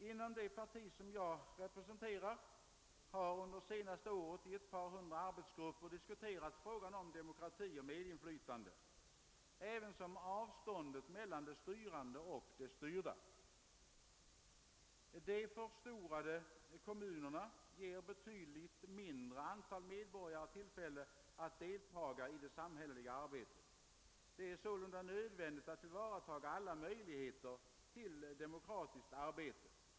: Inom det parti som jag representerar har under senaste året i ett par hundra arbetsgrupper diskuterats frågan om demokrati och medinflytande — ävensom avståndet mellan de styrande och de styrda. De förstorade kommunerna ger betydligt mindre antal medborgare tillfälle att aktivt deltaga i det samhälleliga arbetet. Det är sålunda nödvändigt att tillvarataga alla möjligheter till demokratiskt arbete.